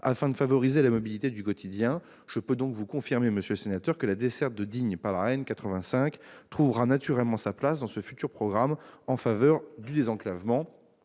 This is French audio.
afin de favoriser la mobilité du quotidien. Je peux donc vous confirmer, monsieur le sénateur, que la desserte de Digne-les-Bains par la RN85 trouvera naturellement sa place dans ce futur programme en faveur du désenclavement.